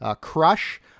Crush